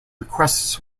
requests